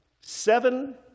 seven